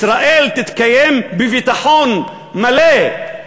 ישראל תתקיים בביטחון מלא,